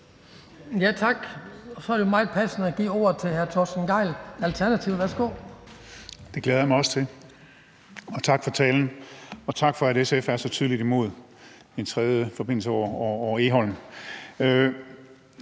Tak. Så er det meget passende at give ordet til hr. Torsten Gejl, Alternativet. Værsgo. Kl. 18:04 Torsten Gejl (ALT): Det glæder jeg mig også til, og tak for talen, og tak for, at SF er så tydeligt imod en tredje forbindelse over Egholm.